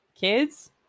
Kids